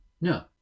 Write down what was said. no